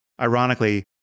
ironically